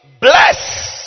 bless